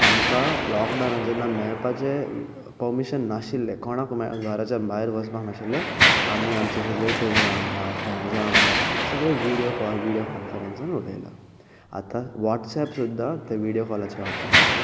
आमकां लॉकडावनान जेन्ना मेळपाचें परमिशन नाशिल्लें कोणाक मे घराच्या भायर वचपाक नाशिल्लें आमी आमच्या रिलेटिव्जां वांगडा फ्रॅण्डजां वांगडा सगळे विडयो कॉल विडयो कॉनफरन्सान उलयला आतां वॉट्सएप सुद्दां ते विडयो कॉलाचे ऑप्शन दितात